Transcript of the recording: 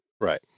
Right